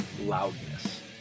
Loudness